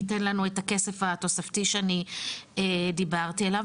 ייתן לנו את הכסף התוספתי שאני דיברתי עליו.